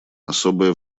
особое